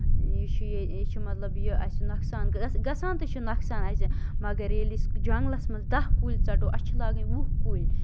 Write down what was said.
یہِ چھُ یہِ یہِ چھُ مطلب یہِ اَسہِ نۄقصان گژھِ گژھان تہِ چھُ نۄقصان اَسہِ مَگر ییٚلہِ أسۍ جَنگلَس منٛز دَہ کُلۍ ژَٹو اَسہِ چھِ لاگٔنۍ وُہ کُلۍ